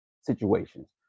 situations